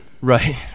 right